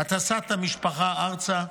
הטסת משפחה ארצה,